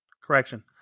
Correction